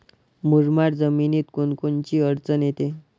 मुरमाड जमीनीत कोनकोनची अडचन येते?